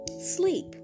sleep